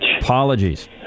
Apologies